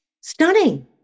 stunning